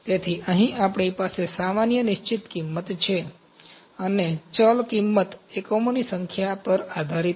તેથી અહીં આપણી પાસે સામાન્ય નિશ્ચિત કિંમત છે અને ચલ કિંમત એકમોની સંખ્યા પર આધારિત છે